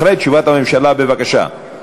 אחרי תשובת הממשלה, בבקשה.